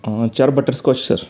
चार butterscotch sir